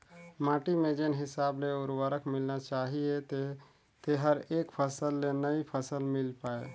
माटी में जेन हिसाब ले उरवरक मिलना चाहीए तेहर एक फसल ले नई फसल मिल पाय